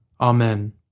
Amen